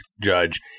Judge